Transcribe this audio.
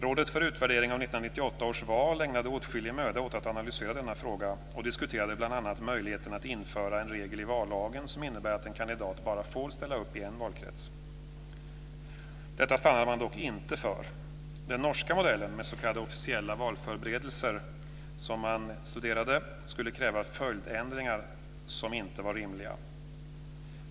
Rådet för utvärdering av 1998 års val ägnade åtskillig möda åt att analysera denna fråga och diskuterade bl.a. möjligheten att införa en regel i vallagen som innebär att en kandidat bara får ställa upp i en valkrets. Detta stannade man dock inte för. Den norska modellen med s.k. officiella valförberedelser, som man studerade, skulle kräva följdändringar som inte var rimliga.